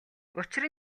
учир